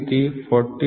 039 millimetre